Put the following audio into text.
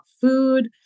food